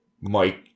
Mike